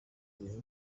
ibintu